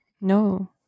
No